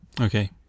Okay